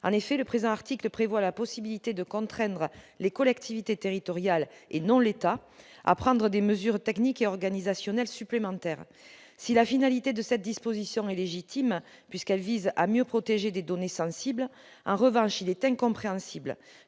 En effet, le présent article prévoit la possibilité de contraindre les collectivités territoriales, et non l'État, à prendre des mesures techniques et organisationnelles supplémentaires. Si la finalité de cette disposition est légitime, puisqu'elle vise à mieux protéger des données sensibles, en revanche il est incompréhensible